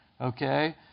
Okay